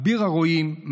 אביר הרועים,